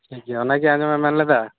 ᱴᱷᱤᱠ ᱜᱮᱭᱟ ᱚᱱᱟᱜᱮ ᱟᱸᱡᱚᱢᱮᱢ ᱢᱮᱱ ᱞᱮᱫᱟ